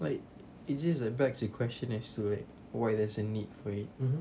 like it's just a back the question is to like why there's a need for it